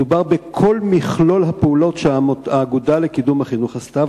מדובר בכל מכלול הפעולות שהאגודה לקידום החינוך עשתה,